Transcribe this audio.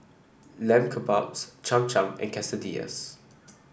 Lamb Kebabs Cham Cham and Quesadillas